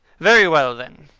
very well, then.